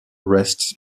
rests